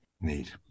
Neat